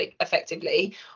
effectively